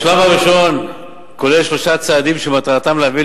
הראשון כולל שלושה צעדים שמטרתם להביא